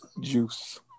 juice